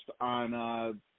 on –